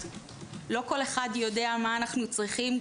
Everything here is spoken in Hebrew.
לא כל אחד יודע מה אנחנו צריכים,